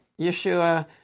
Yeshua